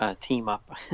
team-up